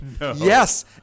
Yes